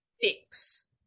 fix